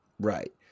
Right